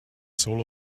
soul